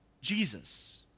Jesus